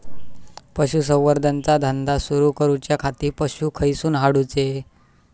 पशुसंवर्धन चा धंदा सुरू करूच्या खाती पशू खईसून हाडूचे?